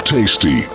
Tasty